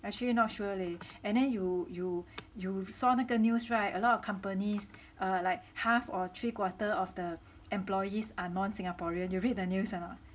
actually not sure leh and then you you you saw 那个 news [right] a lot of companies like half or three quarter of the employees are non singaporean you read the news a not